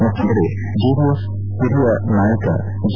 ಮತ್ತೊಂದೆಡೆ ಜೆಡಿಎಸ್ ಓರಿಯ ನಾಯಕ ಜಿ